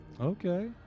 Okay